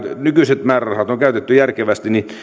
nykyiset määrärahat on käytetty järkevästi niin